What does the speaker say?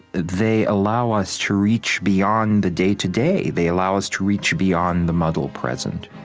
they allow us to reach beyond the day to day. they allow us to reach beyond the muddled present